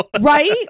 Right